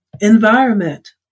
environment